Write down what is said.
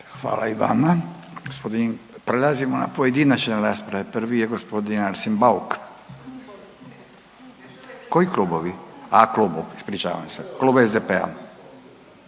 Hvala i vama. Prelazimo na pojedinačne rasprave, prvi je g. Arsen Bauk. Koji klubovi? A klub, ispričavam se. Klub SDP-a.